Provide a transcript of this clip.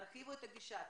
תרחיבו את הגישה,